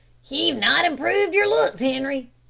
ye've not improved yer looks, henri.